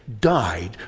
died